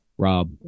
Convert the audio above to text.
Rob